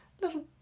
little